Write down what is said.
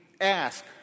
ask